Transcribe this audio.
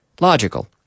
Logical